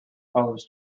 follows